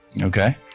Okay